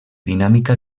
dinàmica